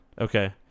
Okay